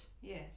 yes